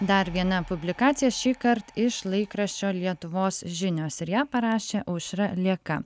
dar viena publikacija šįkart iš laikraščio lietuvos žinios ir ją parašė aušra lėka